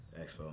Expo